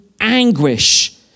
anguish